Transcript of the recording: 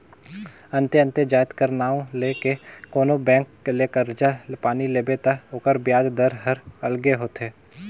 अन्ते अन्ते जाएत कर नांव ले के कोनो बेंक ले करजा पानी लेबे ता ओकर बियाज दर हर अलगे होथे